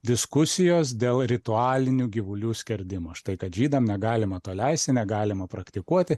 diskusijos dėl ritualinių gyvulių skerdimų štai kad žydams negalima to leisti negalima praktikuoti